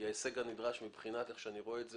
כי ההישג הנדרש מבחינת איך שאני רואה את זה,